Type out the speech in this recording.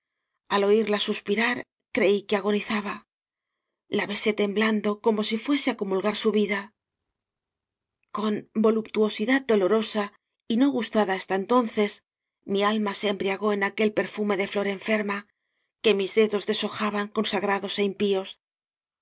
al oirla sus pirar creí que agonizaba la besé temblan do como si fuese á comulgar su vida con voluptuosidad dolorosa y no gustada hasta entonces mi alma se embriagó en aquel per fume de flor enferma que mis dedos deshoja ban consagrados é impíos